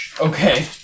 okay